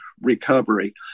recovery